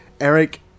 Eric